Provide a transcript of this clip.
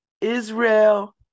Israel